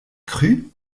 cru